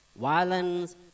violence